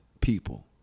people